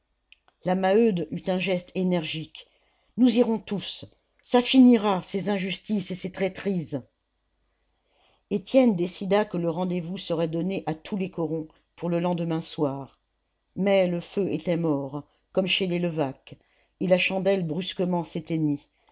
la maheude eut un geste énergique nous irons tous ça finira ces injustices et ces traîtrises étienne décida que le rendez-vous serait donné à tous les corons pour le lendemain soir mais le feu était mort comme chez les levaque et la chandelle brusquement